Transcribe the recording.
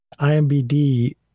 imbd